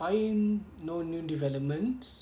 fahim no new developments